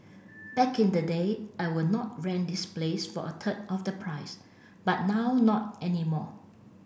back in the day I would not rent this place for a third of the price but now not anymore